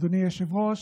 אדוני היושב-ראש,